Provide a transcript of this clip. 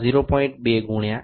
2 ગુણ્યા 44 છે